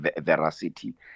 veracity